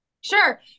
Sure